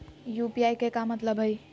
UPI के का मतलब हई?